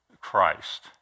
Christ